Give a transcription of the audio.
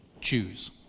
Choose